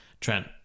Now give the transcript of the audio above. Trent